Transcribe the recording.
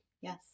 Yes